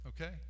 Okay